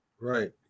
Right